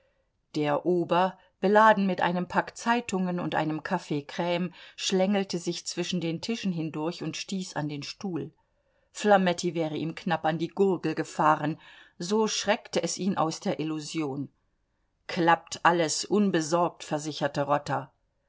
der ober beladen mit einem pack zeitungen und einem cafcrme schlängelte sich zwischen den tischen hindurch und stieß an den stuhl flametti wäre ihm knapp an die gurgel gefahren so schreckte es ihn aus der illusion klappt alles unbesorgt versicherte rotter